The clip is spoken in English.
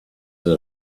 that